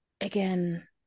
Again